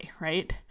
right